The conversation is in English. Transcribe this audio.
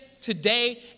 today